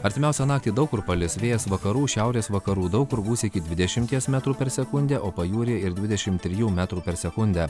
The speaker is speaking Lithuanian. artimiausią naktį daug kur palis vėjas vakarų šiaurės vakarų daug kur gūsiai iki dvidešimties metrų per sekundę o pajūryje ir dvidešim trijų metrų per sekundę